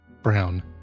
Brown